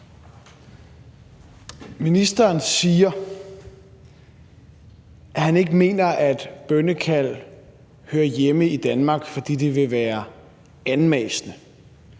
Ministeren siger, at han ikke mener, at bønnekald hører hjemme i Danmark, fordi det vil være anmassende,